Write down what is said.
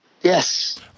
Yes